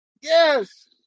Yes